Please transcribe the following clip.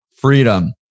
freedom